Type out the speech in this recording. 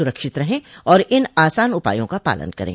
सुरक्षित रहें और इन आसान उपायों का पालन करें